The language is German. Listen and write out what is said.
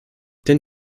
denn